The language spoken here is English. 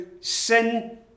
sin